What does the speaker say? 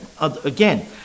again